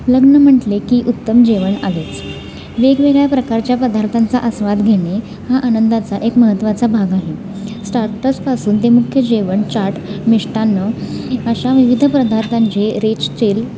लग्न म्हटले की उत्तम जेवण आलेच वेगवेगळ्या प्रकारच्या पदार्थांचा आस्वाद घेणे हा आनंदाचा एक महत्त्वाचा भाग आहे स्टार्टसपासून ते मुख्य जेवण चाट मिष्टान्न अशा विविध पदार्थांचे रेचचेल